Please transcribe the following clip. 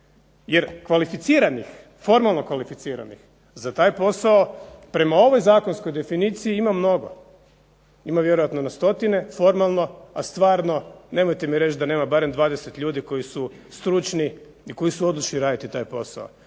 Jer kvalificiranih, formalno kvalificiranih za taj posao prema ovoj zakonskoj definiciji ima mnogo, ima vjerojatno na stotine formalno a stvarno, nemojte mi reći da nema barem 20 ljudi koji su stručni i koji su odlučni raditi taj posao.